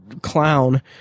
clown